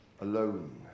alone